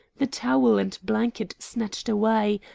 the towel and blanket snatched away,